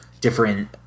different